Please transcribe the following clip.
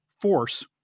force